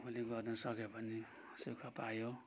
आफूले गर्नु सक्यो भने सुख पायो